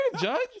judge